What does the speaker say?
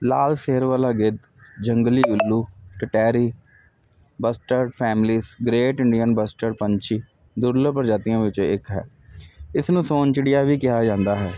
ਲਾਲ ਸਿਰ ਵਾਲਾ ਗਿਧ ਜੰਗਲੀ ਉੱਲੂ ਟਟਿਹਰੀ bustard family great Indian bustard ਪੰਛੀ ਦੁਰਲੱਭ ਪੰਛੀਆਂ ਵਿੱਚੋਂ ਇੱਕ ਹੈ ਇਸ ਨੂੰ ਸੌਣ ਚਿੜੀਆ ਵੀ ਕਿਹਾ ਜਾਂਦਾ ਹੈ